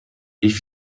ich